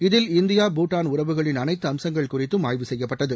இதில் இந்தியா பூட்டான் உறவுகளின் அனைத்து அம்சங்கள் குறித்தும் ஆய்வு செய்யப்பட்டது